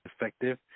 effective